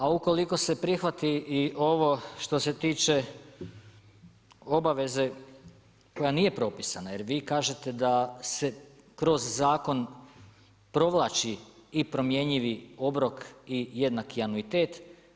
A ukoliko se prihvati i ovo što se tiče obaveze koja nije propisana, jer vi kažete da se kroz zakon provlači i promjenjivi obrok i jednaki anuitet.